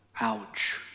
ouch